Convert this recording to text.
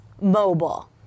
mobile